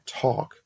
talk